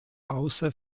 außer